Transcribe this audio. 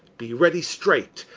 be ready straight,